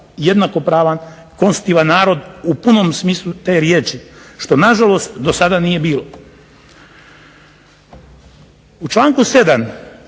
jednakopravan konstitutivan narod u punom smislu te riječi, što na žalost do sada nije bilo. U članku 7.